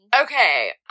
okay